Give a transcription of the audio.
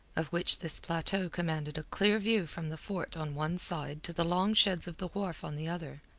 of which this plateau commanded a clear view from the fort on one side to the long sheds of the wharf on the other.